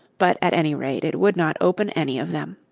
but at any rate it would not open any of them.